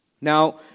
Now